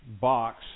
box